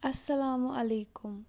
اَسَلامُ علیکُم